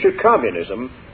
communism